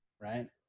Right